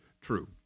true